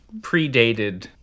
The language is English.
predated